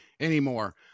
anymore